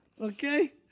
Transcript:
Okay